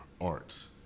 arts